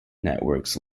networks